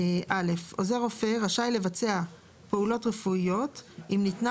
(א) עוזר רופא רשאי לבצע פעולות רפואיות אם ניתנה